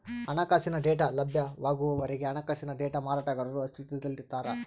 ಹಣಕಾಸಿನ ಡೇಟಾ ಲಭ್ಯವಾಗುವವರೆಗೆ ಹಣಕಾಸಿನ ಡೇಟಾ ಮಾರಾಟಗಾರರು ಅಸ್ತಿತ್ವದಲ್ಲಿರ್ತಾರ